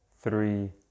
three